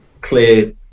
clear